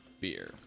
beer